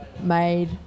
made